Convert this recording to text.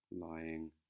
lying